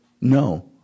no